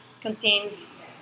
contains